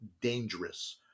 dangerous